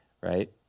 right